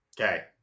okay